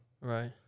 Right